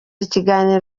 ikiganiro